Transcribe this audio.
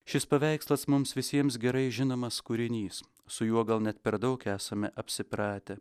šis paveikslas mums visiems gerai žinomas kūrinys su juo gal net per daug esame apsipratę